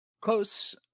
Close